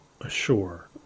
ashore